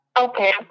Okay